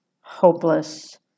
hopeless